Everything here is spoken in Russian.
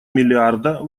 миллиарда